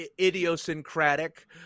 idiosyncratic